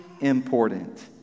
important